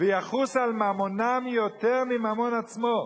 ויחוס על ממונם יותר מממון עצמו.